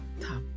Top